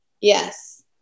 Yes